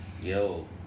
Yo